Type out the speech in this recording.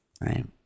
right